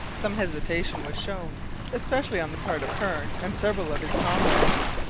some hesitation was shown especially on the part of hearne and several of his comrades.